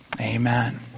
Amen